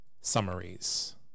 summaries